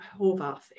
Horvath